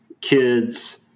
kids